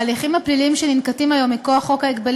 ההליכים הפליליים שננקטים היום מכוח חוק ההגבלים